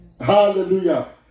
Hallelujah